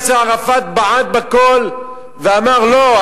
יאסר ערפאת בעט בכול ואמר: לא,